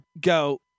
go